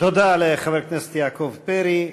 תודה לחבר הכנסת יעקב פרי.